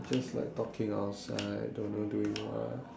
they're just like talking outside don't know doing what